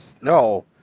No